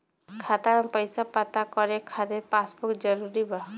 खाता में पईसा पता करे के खातिर पासबुक जरूरी बा?